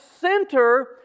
center